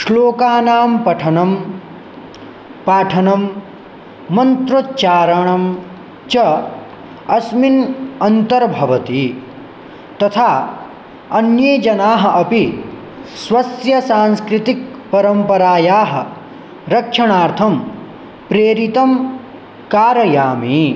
श्लोकानां पठनं पाठनं मन्त्रोच्चारणं च अस्मिन् अन्तर्भवति तथा अन्ये जनाः अपि स्वस्य सांस्कृतिक परम्परायाः रक्षणार्थं प्रेरितं कारयामि